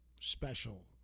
special